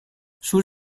sul